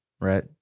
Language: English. right